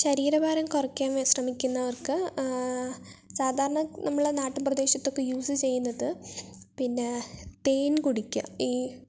ശരീര ഭാരം കുറക്കാൻ ശ്രമിക്കുന്നവർക്ക് സാധാരണ നമ്മുടെ നാട്ടും പ്രദേശതൊക്കെ യൂസ് ചെയ്യുന്നത് പിന്നെ തേൻ കുടിക്കുക ഈ